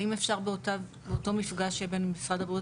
האם אפשר באותו מפגש שבין משרד הבריאות